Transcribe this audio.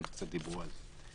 קצת דיברו על זה.